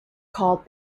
called